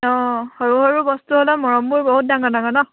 অঁ সৰু সৰু বস্তু হ'লেও মৰমবোৰ বহুত ডাঙৰ ডাঙৰ নহ্